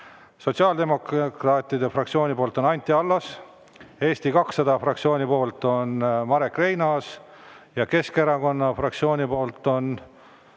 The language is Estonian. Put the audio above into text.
sotsiaaldemokraatide fraktsiooni poolt on Anti Allas, Eesti 200 fraktsiooni poolt on Marek Reinaas ja Keskerakonna fraktsiooni poolt on